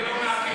אני לא מעכב.